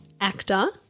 actor